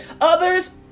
Others